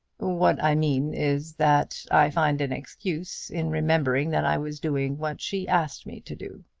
what i mean is that i find an excuse in remembering that i was doing what she asked me to do.